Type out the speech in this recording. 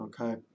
Okay